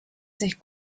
sich